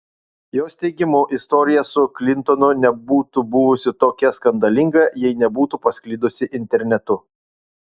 jos teigimu istorija su klintonu nebūtų buvusi tokia skandalinga jei nebūtų pasklidusi internetu